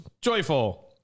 joyful